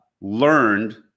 learned